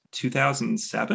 2007